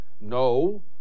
No